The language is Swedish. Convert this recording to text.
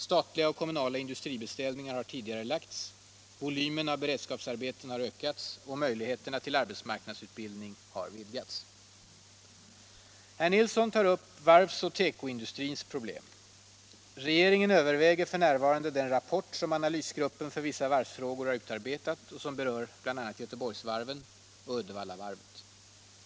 Statliga och kommunala industribeställningar har tidigarelagts, volymen av beredskapsarbeten har ökats, och möjligheterna till arbetsmarknadsutbildning har vidgats. Herr Nilsson tar upp varvsindustrins och tekoindustrins problem. Regeringen överväger f. n. den rapport som analysgruppen för vissa varvsfrågor har utarbetat och som berör bl.a. Göteborgsvarven och Uddevallavarven.